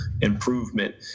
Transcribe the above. improvement